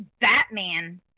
batman